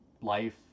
life